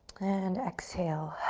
and exhale.